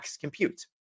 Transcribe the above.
compute